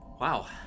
Wow